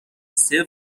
صفر